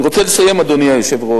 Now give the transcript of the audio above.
אני רוצה לסיים, אדוני היושב-ראש,